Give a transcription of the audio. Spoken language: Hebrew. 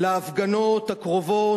להפגנות הקרובות,